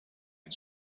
and